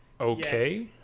Okay